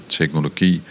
teknologi